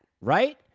Right